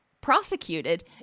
prosecuted